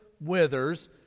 withers